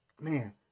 man